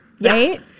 right